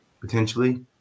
potentially